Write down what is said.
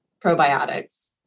probiotics